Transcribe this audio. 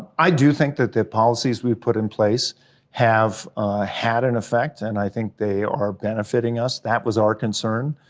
i do think that the policies we've put in place have had an effect, and i think they are benefiting us. that was our concern.